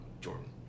Jordan